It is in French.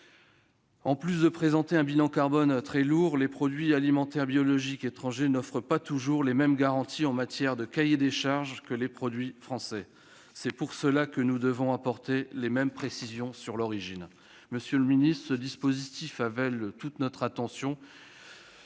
En plus de présenter un bilan carbone très lourd, les produits alimentaires biologiques étrangers n'offrent pas toujours les mêmes garanties en matière de cahier des charges que les produits français. C'est pour cela que nous devons apporter les mêmes précisions sur l'origine. Monsieur le ministre, ce dispositif appelle toute votre attention,